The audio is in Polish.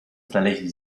znaleźli